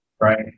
Right